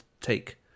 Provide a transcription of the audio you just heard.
take